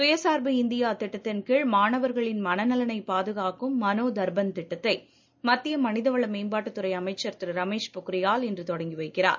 சுயசார்பு இந்தியா திட்டத்தின் கீழ் மாணவர்களின் மனநலனைப் பாதுகாக்கும் மனோ தர்பண் திட்டத்தை மத்திய மனித வள மேம்பாட்டுத் துறை அமைச்சர் திருரமேஷ் பொக்ரியால் இன்று தொடங்கி வைக்கிறார்